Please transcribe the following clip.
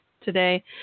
today